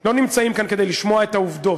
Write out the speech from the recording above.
לא נמצאים כאן כדי לשמוע את העובדות